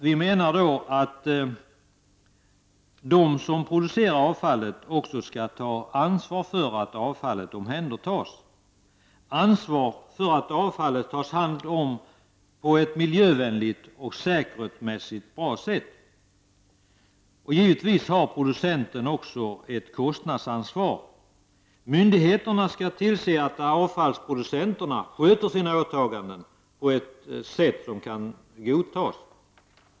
Vi menar att den som producerat avfallet även har ett ansvar för att avfallet tas om hand på ett miljöoch säkerhetsmässigt sätt. Producenten har givetvis även ett kostnadsansvar. Myndigheterna skall tillse att avfallsproducenterna sköter sina åtaganden på ett godtagbart sätt.